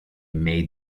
made